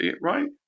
right